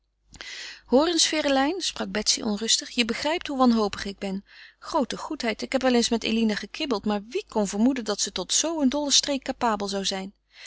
hoor eens ferelijn sprak betsy onrustig je begrijpt hoe wanhopig ik ben groote goedheid ik heb wel eens met eline gekibbeld maar wie kon vermoeden dat ze tot zoo een dollen streek capabel zou zijn